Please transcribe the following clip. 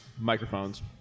microphones